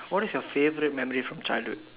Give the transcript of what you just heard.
what is your favourite memory from childhood